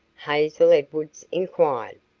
hazel edwards inquired.